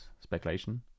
speculation